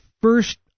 first